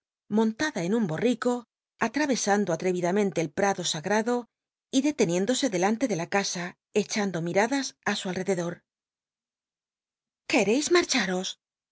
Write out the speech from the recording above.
montada en un borrico atravesando atrc idamentc el prado sagnldo y deteniéndose delante de la casa echando miradas i su alrededor qucreis marcharos